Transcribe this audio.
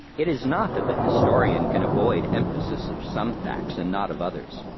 it is not that the historian can avoid emphasis of some facts and not of others.